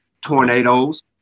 tornadoes